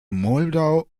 moldau